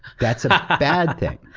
that's a bad thing.